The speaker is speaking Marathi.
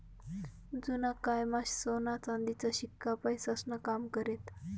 जुना कायमा सोना चांदीचा शिक्का पैसास्नं काम करेत